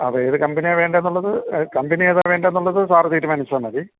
അപ്പോൾ ഏത് കമ്പനിയാണ് വേണ്ടത് എന്നുള്ളത് കമ്പനി ഏതാണ് വേണ്ടത് എന്നുള്ളത് സാർ തീരുമാനിച്ചാൽ മതി